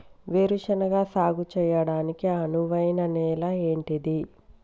వేరు శనగ సాగు చేయడానికి అనువైన నేల ఏంటిది?